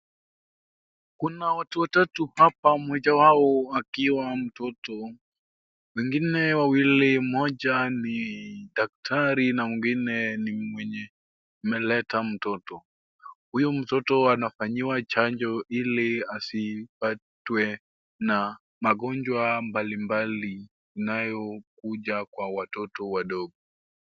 Kuna watu watatu hapa mmoja wao akiwa mtoto. Wengina wawili mmoja ni daktari na mwingine ni mwenye amleta mtoto. Huyo mtoto anafanyiwa chanjo ili asipatwe na magonjwa mbalimbali inayokuja kwa watoto wadogo.